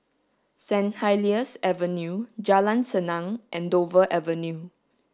St Helier's Avenue Jalan Senang and Dover Avenue